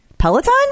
Peloton